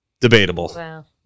Debatable